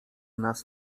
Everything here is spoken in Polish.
nas